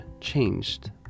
changed